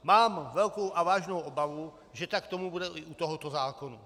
Mám velkou a vážnou obavu, že tak tomu bude i u tohoto zákona.